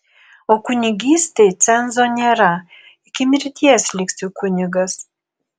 o kunigystei cenzo nėra iki mirties liksi kunigas